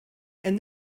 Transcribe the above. and